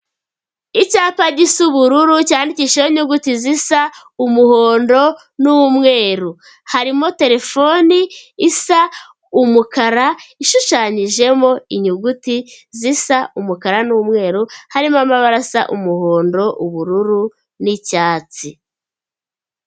Icyapa gisa ubururu, cyandikishijeho inyuguti zisa umuhondo n'umweru, harimo terefone isa umukara, ishushanyijemo inyuguti zisa umukara n'umweru, harimo amabara asa umuhondo, ubururu n'icyatsi.